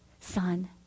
son